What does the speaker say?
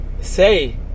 Say